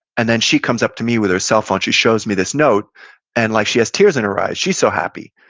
and then she comes up to me with her cell phone. she shows me this note and like she has tears in her eyes, she so happy.